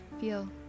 feel